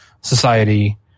society